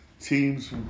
teams